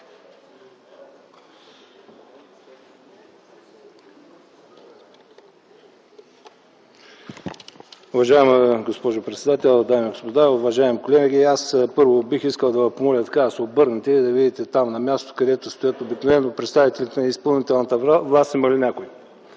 Уважаема госпожо председател, дами и господа, уважаеми колеги, аз, първо, бих искал да ви помоля да се обърнете и да видите на мястото, където стоят обикновено представителите на изпълнителната власт има ли някой?